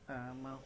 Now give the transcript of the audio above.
mmhmm